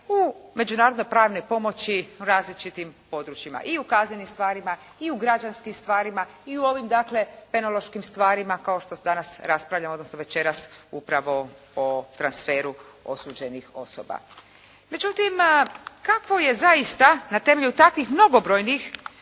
u međunarodne pravne pomoći u različitim područjima. I u kaznenim starima, i u građanskim stvarima, i u ovim dakle penološkim stvarima kao što danas raspravljamo, odnosno večeras upravo o transferu osuđenih osoba. Međutim, kako je zaista na temelju takvih mnogobrojnih